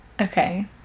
okay